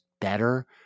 better